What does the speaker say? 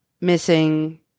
missing